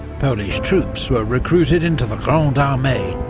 polish troops were recruited into the grande armee,